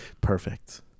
perfect